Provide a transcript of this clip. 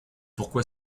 pourquoi